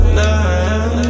night